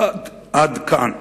עד כאן.